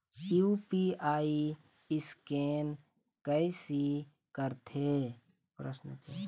UPI scan कइसे करथे?